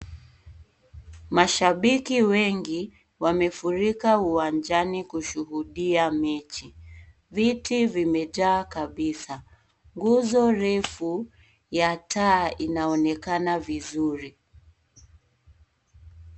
Mashabiki wengi wamefurika uwanjani kushuhudia mechi. Viti vimejaa kabisa. nguzo refu ya taa inaonekana vizuri.